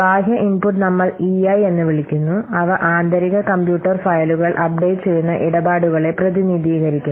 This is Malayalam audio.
ബാഹ്യ ഇൻപുട്ട് നമ്മൾ ഇഐ എന്ന് വിളിക്കുന്നു അവ ആന്തരിക കമ്പ്യൂട്ടർ ഫയലുകൾ അപ്ഡേറ്റ് ചെയ്യുന്ന ഇടപാടുകളെ പ്രതിനിധീകരിക്കുന്നു